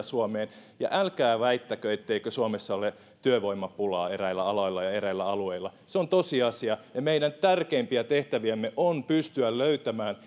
suomeen ja älkää väittäkö etteikö suomessa ole työvoimapulaa eräillä aloilla ja eräillä alueilla se on tosiasia ja meidän tärkeimpiä tehtäviämme on pystyä löytämään